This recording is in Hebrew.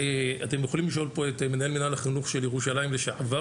אתם יכולים לשאול פה את מנהל מינהל החינוך של ירושלים לשעבר,